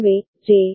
எனவே ஜே